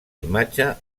imatge